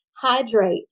hydrate